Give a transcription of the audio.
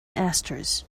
esters